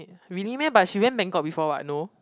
I really meh but she went bangkok before [what] no